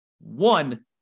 one